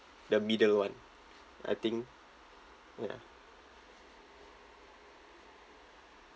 the middle [one] I think ya